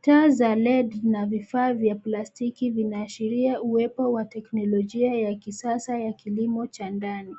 Taa za LED na vifaa vya plastiki vinaashiria uwepo wa teknolojia ya kisasa ya kilimo cha ndani.